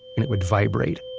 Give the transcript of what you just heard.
it would vibrate.